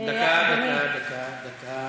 עם ההצבעה.